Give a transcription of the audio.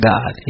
God